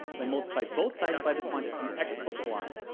we'll multiply both sides by the quantity x but y,